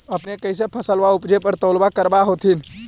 अपने कैसे फसलबा उपजे पर तौलबा करबा होत्थिन?